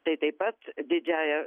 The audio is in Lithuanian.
tai taip pat didžiąja